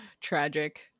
Tragic